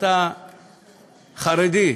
אתה חרדי.